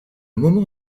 moment